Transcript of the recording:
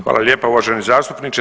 Hvala lijepa uvaženi zastupniče.